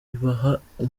umuhate